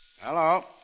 Hello